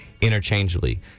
interchangeably